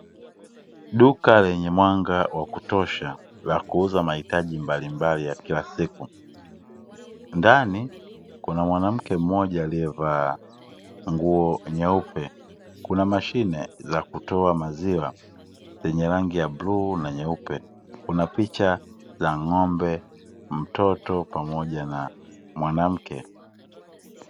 Duka lenye mwanga wa kutosha la kuuza mahitaji mbalimbali ya kila siku, ndani kuna mwanamke mmoja aliyevaa nguo nyeupe kuna mashine za kutoa maziwa zenye rangi ya bluu na nyeupe kuna picha za ngombe, mtoto, pamoja na mwanamke.